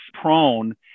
prone